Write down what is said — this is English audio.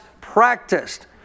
practiced